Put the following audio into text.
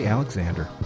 Alexander